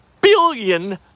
billion